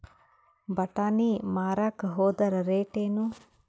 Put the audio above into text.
ಬಟಾನಿ ಮಾರಾಕ್ ಹೋದರ ರೇಟೇನು?